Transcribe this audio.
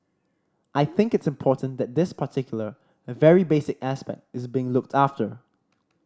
I think it's important that this particular very basic aspect is being looked after